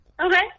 Okay